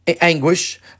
anguish